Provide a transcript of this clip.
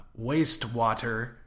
wastewater